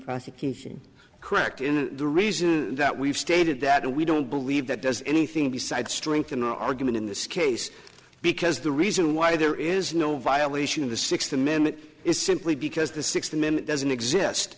prosecution correct in the reason that we've stated that and we don't believe that does anything besides strengthen our argument in this case because the reason why there is no violation of the sixth amendment is simply because the sixth amendment doesn't exist